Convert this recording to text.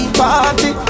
party